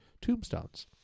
tombstones